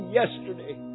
yesterday